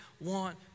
want